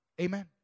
Amen